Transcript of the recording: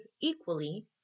equally